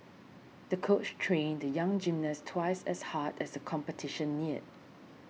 the coach trained the young gymnast twice as hard as the competition neared